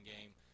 game